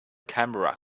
camera